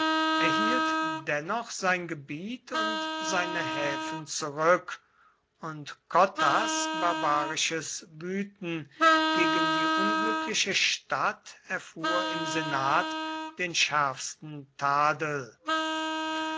erhielt dennoch sein gebiet und seine häfen zurück und cottas barbarisches wüten gegen die unglückliche stadt erfuhr im senat den schärfsten tadel